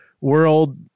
world